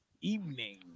evening